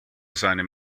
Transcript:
seinem